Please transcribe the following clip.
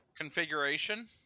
configuration